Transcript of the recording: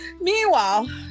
Meanwhile